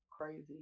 crazy